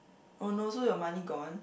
oh no so your money gone